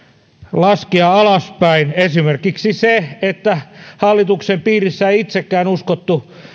laskea alaspäin esimerkkinä se että hallituksen piirissä ei ajoittain itsekään uskottu